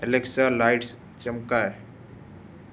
Alexa lights चिमकाए